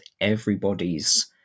everybody's